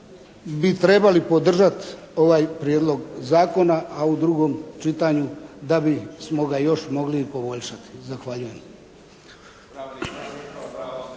bi trebali podržati ovaj Prijedlog zakona, a u drugom čitanju da bismo ga još mogli i poboljšati. Zahvaljujem.